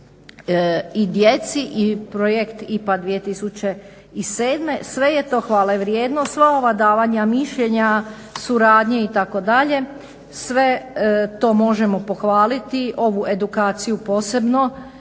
i djeci i Projekt IPA 2007. Sve je to hvale vrijedno, sva ova davanja mišljenja, suradnje itd. sve to možemo pohvaliti, ovu edukaciju posebno,